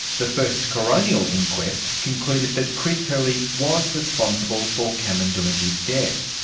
the first coronial inquest concluded that chris hurley was responsible for cameron doomadgee's death.